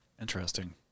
Interesting